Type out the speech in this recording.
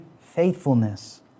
faithfulness